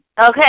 Okay